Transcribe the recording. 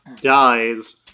dies